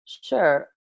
Sure